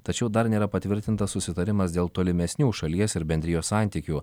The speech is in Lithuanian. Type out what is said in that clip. tačiau dar nėra patvirtintas susitarimas dėl tolimesnių šalies ir bendrijos santykių